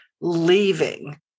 leaving